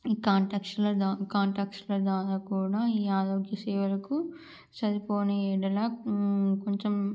ఈ contractors contractor ద్వారా కూడా ఈ ఆరోగ్య సేవలకు సరిపోనీ ఎడల కొంచెం